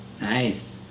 nice